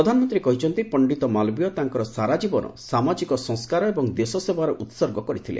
ପ୍ରଧାନମନ୍ତ୍ରୀ କହିଛନ୍ତି ପଣ୍ଡିତ ମାଲବୀୟ ତାଙ୍କର ସାରା ଜୀବନ ସାମାଜିକ ସଂସ୍କାର ଏବଂ ଦେଶ ସେବାରେ ଉତ୍ସର୍ଗ କରିଥିଲେ